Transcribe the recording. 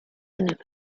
never